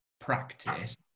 practice